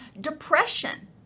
depression